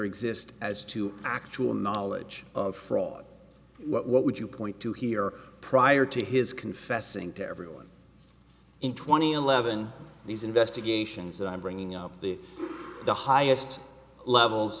exist as to actual knowledge of fraud what would you point to here prior to his confessing to everyone in twenty eleven these investigations i'm bringing up to the highest levels